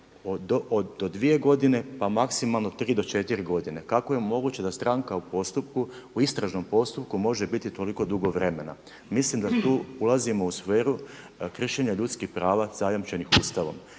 do 2 godine pa maksimalno 3 do 4 godine. Kako je moguće da stranka u postupku, u istražnom postupku može biti toliko dugo vremena. Mislim da tu ulazimo u sferu kršenja ljudskih prava zajamčenih Ustavom,